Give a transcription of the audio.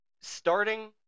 starting